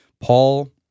Paul